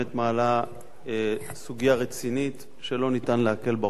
מעלה סוגיה רצינית שלא ניתן להקל בה ראש.